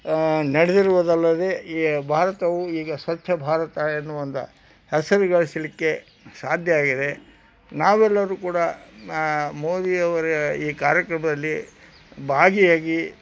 ನಡೆದಿರುವುದಲ್ಲದೇ ಈ ಭಾರತವು ಈಗ ಸ್ವಚ್ಛ ಭಾರತ ಎನ್ನುವ ಒಂದು ಹೆಸರು ಗಳಿಸಲಿಕ್ಕೆ ಸಾಧ್ಯ ಆಗಿದೆ ನಾವೆಲ್ಲರೂ ಕೂಡ ಮೋದಿಯವರ ಈ ಕಾರ್ಯಕ್ರಮದಲ್ಲಿ ಭಾಗಿಯಾಗಿ